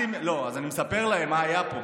אז אני מספר להם מה היה פה.